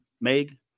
Meg